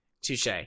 Touche